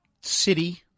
city